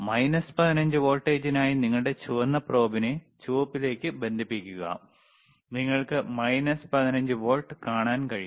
minus 15 വോൾട്ടിനായി നിങ്ങളുടെ ചുവന്ന പ്രോബിനെ ചുവപ്പിലേക്ക് ബന്ധിപ്പിക്കുക നിങ്ങൾക്ക് മൈനസ് 15 വോൾട്ട് കാണാൻ കഴിയും